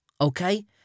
Okay